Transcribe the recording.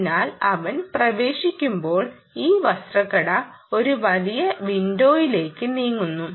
അതിനാൽ അവൻ പ്രവേശിക്കുമ്പോൾ ഈ വസ്ത്രക്കട ഒരു വലിയ വിൻഡോയിലേക്ക് നീങ്ങുന്നു